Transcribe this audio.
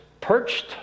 perched